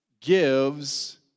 gives